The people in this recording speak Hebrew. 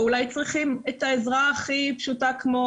או אולי צריכים את העזרה הכי פשוטה כמו